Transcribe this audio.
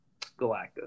Galactus